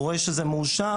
רואה שזה מאושר,